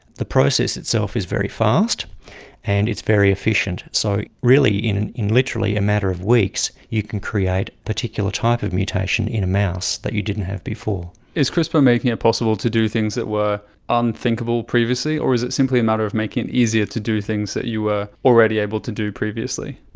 the process itself is very fast and it's very efficient. so really in in literally a matter of weeks you can create a particular type of mutation in a mouse that you didn't have before. is crispr making it possible to do things that were unthinkable previously or is it simply a matter of making it easier to do things that you were already able to do previously?